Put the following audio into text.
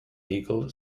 legal